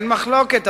אין מחלוקת,